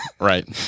Right